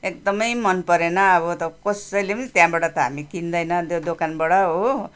एकदमै मन परेन अब त कसैले पनि हामी त्यहाँबाट त हामी किन्दैन त्यो दोकानबाट हो